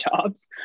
jobs